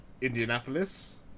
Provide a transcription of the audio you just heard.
Indianapolis